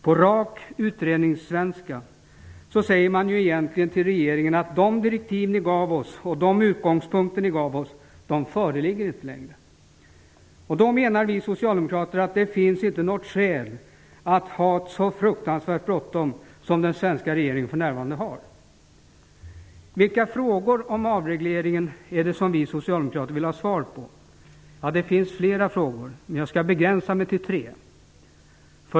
På rak utredningssvenska säger man egentligen till regeringen: De direktiv och utgångspunkter som ni gav oss föreligger inte längre. Därför menar vi socialdemokrater att det inte finns något skäl att ha så fruktansvärt bråttom som den svenska regeringen har för närvarande. Vilka frågor är det som vi socialdemokrater vill ha svar på? Ja, det finns flera, men jag skall begränsa mig till tre.